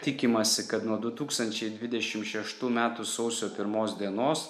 tikimasi kad nuo du tūkstančiai dvidešim šeštų metų sausio pirmos dienos